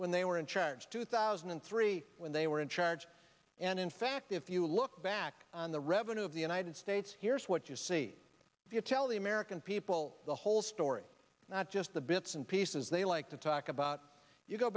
when they were in charge two thousand and three when they were in charge and in fact if you look back on the revenue of the united states here's what you see if you tell the american people the whole story not just the bits and pieces they like to talk about you go